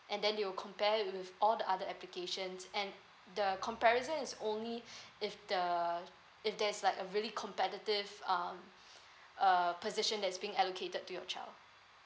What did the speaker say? and then you will compare with all the other applications and the comparison is only if the if there is like a really competitive um uh position that's been allocated to your child